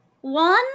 one